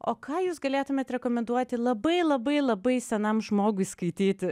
o ką jūs galėtumėt rekomenduoti labai labai labai senam žmogui skaityti